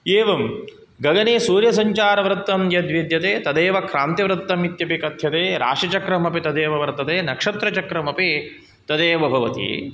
एवं गगने सूर्सञ्चारवृत्तं यद्विद्यते तदेव क्रान्तिवृत्तम् इत्यपि कथ्यते राशिचक्रमपि तदेव वर्तते नक्षत्रचक्रमपि तदेव भवति